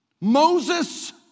Moses